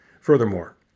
Furthermore